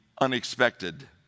unexpected